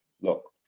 Look